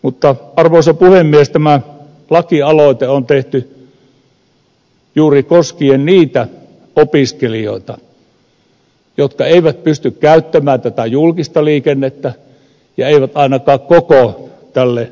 mutta arvoisa puhemies tämä lakialoite on tehty koskien juuri niitä opiskelijoita jotka eivät pysty käyttämään tätä julkista liikennettä ja eivät ainakaan koko tälle koulumatkalle